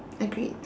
agreed